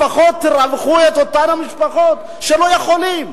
לפחות תרווחו את אותן המשפחות שלא יכולות.